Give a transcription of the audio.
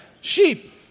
Sheep